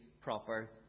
proper